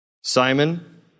Simon